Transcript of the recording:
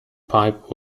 pipe